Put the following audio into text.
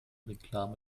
reklame